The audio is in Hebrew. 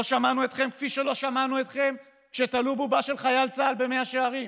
לא שמענו אתכם כפי שלא שמענו אתכם כשתלו בובה של חייל צה"ל במאה שערים,